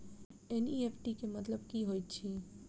NEFT केँ मतलब की होइत अछि?